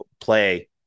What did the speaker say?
play